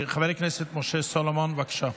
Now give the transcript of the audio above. חבר הכנסת משה סולומון, בבקשה.